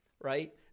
right